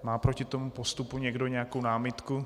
Má proti tomuto postupu někdo nějakou námitku?